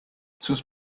sus